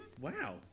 Wow